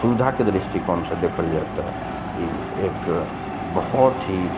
सुविधाके दृष्टिकोण सऽ देखल जाए तऽ ई एक बहुत ही